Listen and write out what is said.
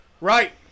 Right